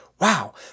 Wow